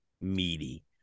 meaty